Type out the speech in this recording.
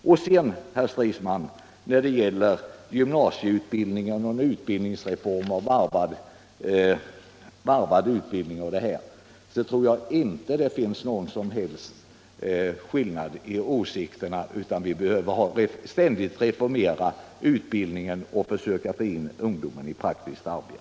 Beträffande utbildningsreformer, herr Stridsman, gymnasieutbildning och varvad utbildning tror jag inte det finns någon som helst skillnad i åsikterna, och vi behöver ständigt reformera utbildningen och försöka få in ungdomen i praktiskt arbete.